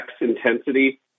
intensity